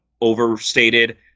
overstated